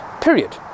period